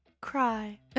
cry